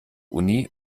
uni